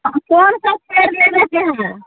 कोन सा पेड़ लेबैके हय